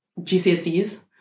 GCSEs